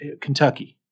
Kentucky